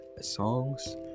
songs